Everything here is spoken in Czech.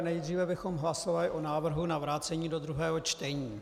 Nejdříve bychom hlasovali o návrhu na vrácení do druhého čtení.